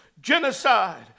Genocide